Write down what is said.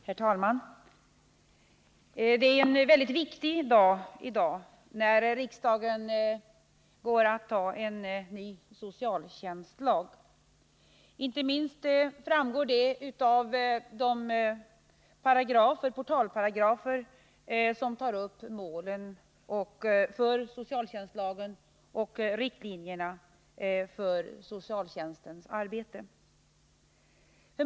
Herr talman! Det är en viktig dag i dag, när riksdagen går att fatta beslut om en ny socialtjänstlag. Det framgår inte minst av de portalparagrafer som tar upp målen för socialtjänstlagen och riktlinjerna för socialtjänstens arbete.